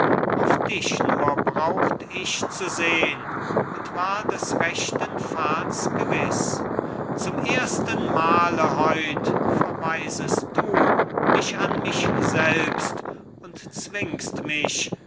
auf dich nur braucht ich zu sehn und war des rechten pfads gewiß zum ersten male heut verweisest du mich an mich selbst und zwingst mich